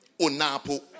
onapo